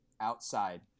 outside